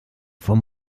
vom